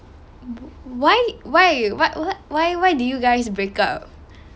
why why what what why why did you guys break up